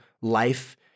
life